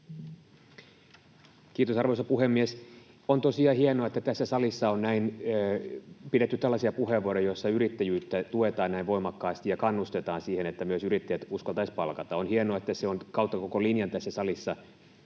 Kiitos, arvoisa puhemies! On tosiaan hienoa, että tässä salissa on pidetty tällaisia puheenvuoroja, joissa yrittäjyyttä tuetaan näin voimakkaasti ja kannustetaan siihen, että myös yrittäjät uskaltaisivat palkata. On hienoa, että kautta koko linjan tässä salissa